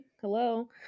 hello